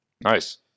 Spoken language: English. Nice